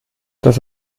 das